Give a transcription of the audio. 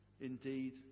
indeed